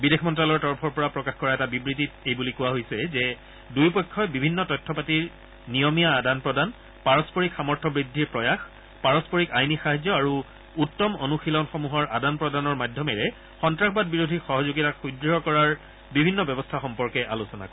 বিদেশ মন্ত্যালয়ৰ তৰফৰ পৰা প্ৰকাশ কৰা এটা বিবৃতিত এই বুলি কোৱা হৈছে যে দুয়োপক্ষই বিভিন্ন তথ্যপাতিৰ নিয়মীয়া আদান প্ৰদান পাৰস্পৰিক সামৰ্থ্য বৃদ্ধিৰ প্ৰয়াস পাৰস্পৰিক আইনী সাহায্য আৰু উত্তম অনুশীলনসমূহৰ আদান প্ৰদানৰ মাধ্যমেৰে সন্ত্ৰাসবাদ বিৰোধী সহযোগিতা সুদ্ঢ় কৰাৰ বিভিন্ন ব্যৱস্থা সম্পৰ্কে আলোচনা কৰে